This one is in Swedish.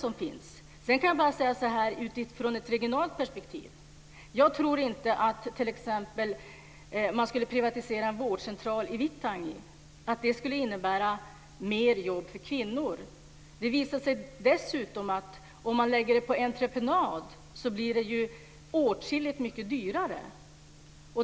Jag kan bara säga, utifrån ett regionalt perspektiv, att jag tror inte att om man t.ex. privatiserade en vårdcentral i Vittangi skulle det innebära mer jobb för kvinnor. Det visar sig dessutom att om man lägger det på entreprenad blir det åtskilligt mycket dyrare.